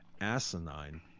asinine